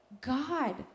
God